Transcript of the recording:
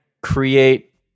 create